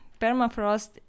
permafrost